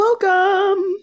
Welcome